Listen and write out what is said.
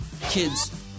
Kids